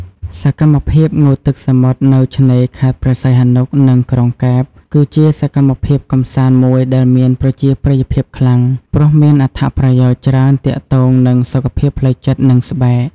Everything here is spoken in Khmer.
សកម្មភាពងូតទឹកសមុទ្រ នៅឆ្នេរខេត្តព្រះសីហនុ និងក្រុងកែប គឺជាសកម្មភាពកម្សាន្តមួយដែលមានប្រជាប្រិយភាពខ្លាំង ព្រោះមានអត្ថប្រយោជន៍ច្រើនទាក់ទង នឹងសុខភាពផ្លូវចិត្ត និងស្បែក។